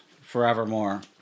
forevermore